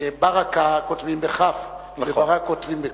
שברכה כותבים בכ"ף וברק כותבים בקו"ף.